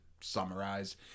summarize